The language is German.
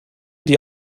die